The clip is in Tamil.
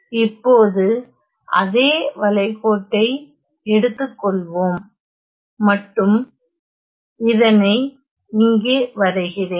இப்போது அதே வளைகோட்டை எடுத்துக்கொள்வோம் மட்டும் இதனை இங்கே வரைகிறேன்